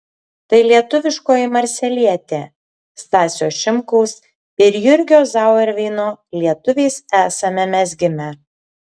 tai lietuviškoji marselietė stasio šimkaus ir jurgio zauerveino lietuviais esame mes gimę